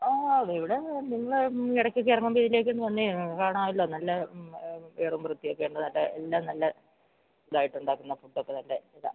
ആ ഇവിടെ നിങ്ങള് ഇടയ്ക്കൊക്കെ ഇറങ്ങുമ്പോള് ഇതിലെയൊക്കെ ഒന്ന് വരൂ കാണാമല്ലോ നല്ല വൃത്തിയൊക്കെയുണ്ട് നല്ല എല്ലാം നല്ല ഇതായിട്ടുണ്ടാക്കുന്ന ഫുഡൊക്കെ നല്ല ഇതാണ്